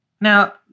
Now